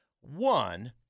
One